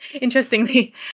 interestingly